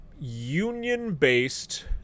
Union-based